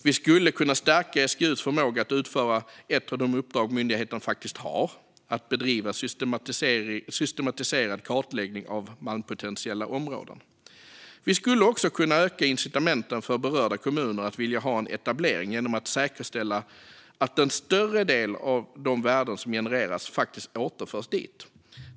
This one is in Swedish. Vi skulle kunna stärka SGU:s förmåga att utföra ett av de uppdrag myndigheten faktiskt har: att bedriva systematiserad kartläggning av malmpotentiella områden. Vi skulle också kunna öka incitamenten för berörda kommuner att vilja ha en etablering genom att säkerställa att en större del av de värden som genereras faktiskt återförs dit.